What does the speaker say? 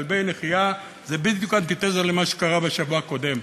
כלבי נחייה זה בדיוק אנטי-תזה למה שקרה בשבוע הקודם,